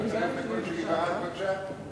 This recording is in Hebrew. להעביר את הצעת חוק שמירת הניקיון (תיקון מס' 15)